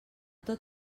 tot